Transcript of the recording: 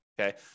okay